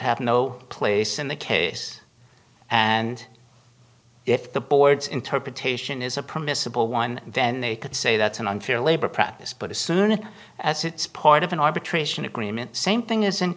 have no place in the case and if the board's interpretation is a permissible one then they could say that's an unfair labor practice but as soon as it's part of an arbitration agreement the same thing is in